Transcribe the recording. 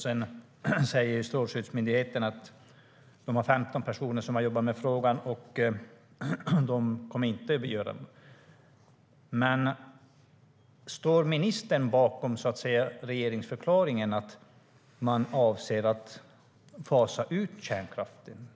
Strålsäkerhetsmyndigheten säger att den har 15 personer som har jobbat med frågan. Står ministern bakom det som står i regeringsförklaringen om att man avser att fasa ut kärnkraften?